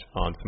on